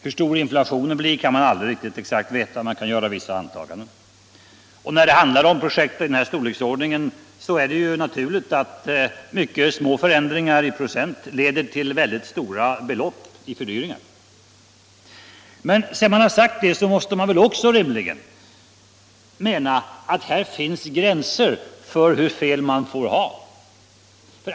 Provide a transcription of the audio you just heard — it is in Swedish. Hur stor inflationen blir kan man aldrig exakt veta — man kan göra vissa antaganden och även små ändringar i procent leder ju till mycket stora belopp i fördyringar. Men sedan man sagt det måste man väl också rimligen mena att det finns gränser för hur fel man får räkna.